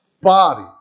body